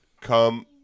come